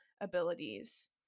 abilities